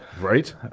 Right